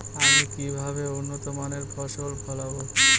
আমি কিভাবে উন্নত মানের ফসল ফলাব?